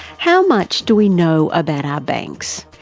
how much do we know about our banks,